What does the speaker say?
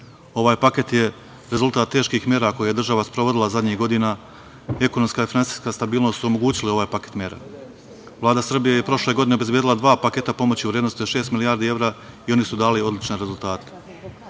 Ovaj paket je rezultat teških mera koje je država sprovodila zadnjih godina, ekonomska i finansijska stabilnost su omogućile ovaj paket mera. Vlada Srbije je prošle godine obezbedila dva paketa pomoći u vrednosti od šest milijardi evra i oni su dali odlične rezultate. Treba